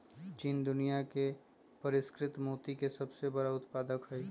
चीन दुनिया में परिष्कृत मोती के सबसे बड़ उत्पादक हई